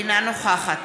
אינה נוכחת